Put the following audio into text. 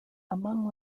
among